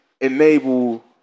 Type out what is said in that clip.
enable